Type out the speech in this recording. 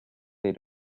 they